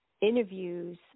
interviews